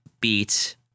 beat